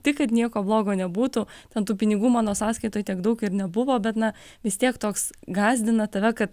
tik kad nieko blogo nebūtų ten tų pinigų mano sąskaitoj tiek daug ir nebuvo bet na vis tiek toks gąsdina tave kad